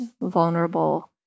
vulnerable